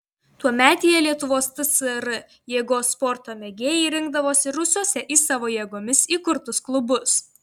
tuometėje lietuvos tsr jėgos sporto mėgėjai rinkdavosi rūsiuose į savo jėgomis įkurtus klubus